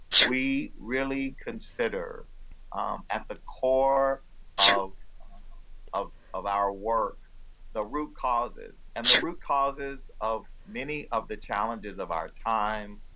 we really consider at the core of of our work the root causes, and the root causes of many of the challenges of our time,